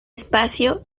espacio